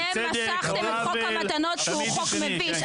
אתם משכתם את חוק המתנות כי הוא חוק מביש.